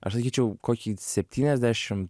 aš sakyčiau kokį septyniasdešim